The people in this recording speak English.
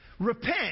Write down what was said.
repent